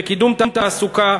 בקידום תעסוקה,